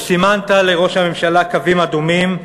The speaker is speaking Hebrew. שסימנת לראש הממשלה קווים אדומים,